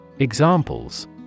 Examples